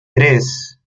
tres